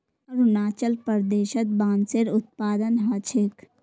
अरुणाचल प्रदेशत बांसेर उत्पादन ह छेक